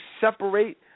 separate